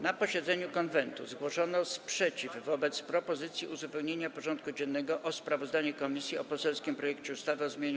Na posiedzeniu Konwentu Seniorów zgłoszono sprzeciw wobec propozycji uzupełnienia porządku dziennego o sprawozdanie komisji o poselskim projekcie ustawy o zmianie